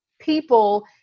people